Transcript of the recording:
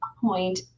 point